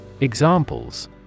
Examples